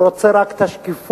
הוא רוצה רק את השקיפות,